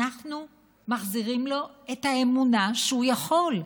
אנחנו מחזירים לו את האמונה שהוא יכול.